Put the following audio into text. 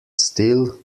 still